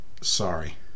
Sorry